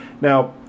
Now